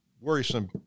worrisome